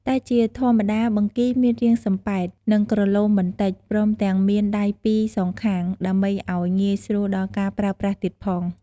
តែជាធម្មតាបង្គីមានរាងសំពែត និងក្រឡូមបន្តិច ព្រមទាំងមានដៃពីរសងខាង ដើម្បីឲ្យងាយស្រួលដល់ការប្រើប្រាស់ទៀតផង។